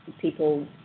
people